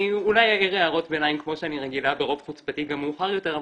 אני אולי אעיר הערות ביניים כמו שאני רגילה ברוב חוצפתי גם מאוחר יותר,